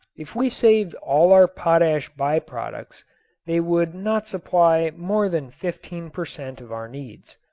if we saved all our potash by-products they would not supply more than fifteen per cent. of our needs.